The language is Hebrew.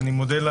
ויש גם מנכ"ל.